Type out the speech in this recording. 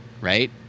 right